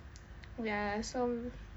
ya so